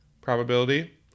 probability